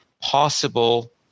possible